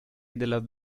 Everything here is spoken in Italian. della